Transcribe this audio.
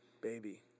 baby